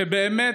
באמת,